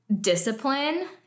discipline